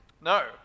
No